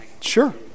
Sure